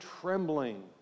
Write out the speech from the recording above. trembling